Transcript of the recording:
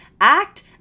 Act